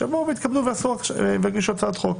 שיבואו ויתכבדו ויגישו הצעת חוק.